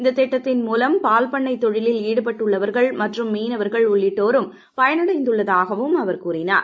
இந்த திட்டத்தின் மூலம் பால்பண்ணை தொழிலில் ஈடுபட்டுள்ளவர்கள் மற்றும் மீனவர்கள் உள்ளிட்டோரும் பயனடைந்துள்ளதாகவும் அவர் கூறினார்